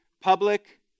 public